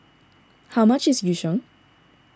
how much is Yu Sheng